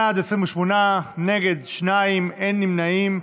בעד, 28, נגד, שניים, אין נמנעים.